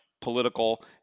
political